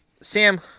Sam